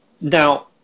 Now